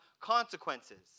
consequences